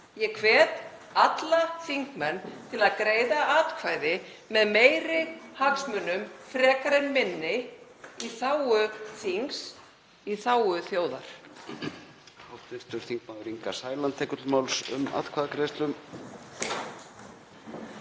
Ég hvet alla þingmenn til að greiða atkvæði með meiri hagsmunum frekar en minni í þágu þings, í þágu þjóðar.